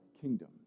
kingdom